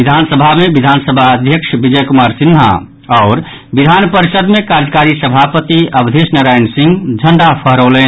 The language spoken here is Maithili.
विधानसभा मे विधानसभा अध्यक्ष विजय कुमार सिन्हा आओर विधान परिषद मे कार्यकारी सभापति अवधेश नारायण सिंह झंडा फहरौलनि